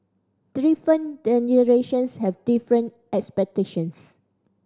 different generations have different expectations